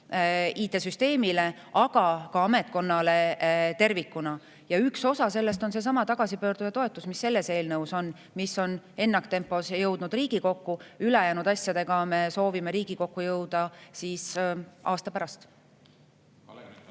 IT‑süsteemile, aga ka ametkonnale tervikuna. Ja üks osa sellest on seesama tagasipöörduja toetus, mis selles eelnõus on, mis on ennaktempos jõudnud Riigikokku. Ülejäänud asjadega me soovime Riigikokku jõuda aasta pärast.